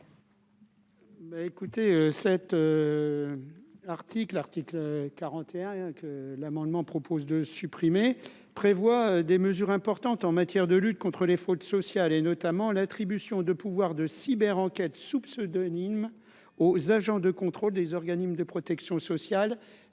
écoutez cet article article 41 que l'amendement. Pose de supprimer prévoit des mesures importantes en matière de lutte contre les fraudes sociales et notamment l'attribution de pouvoirs de Cyber enquête sous pseudonyme aux agents de contrôle des organismes de protection sociale